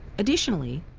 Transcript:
additionally,